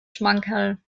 schmankerl